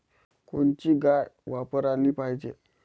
कोनची गाय वापराली पाहिजे?